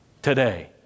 Today